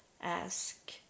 ask